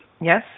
Yes